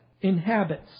inhabits